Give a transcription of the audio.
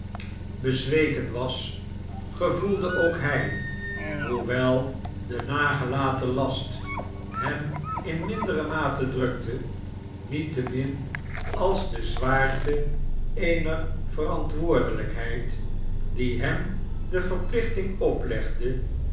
bezweken was gevoelde ook hq hoewel de nagelaten last hem in mindere mate drukte niettemin al de zwaarte eener verantwoordelijkheid die hem de verplichting oplegde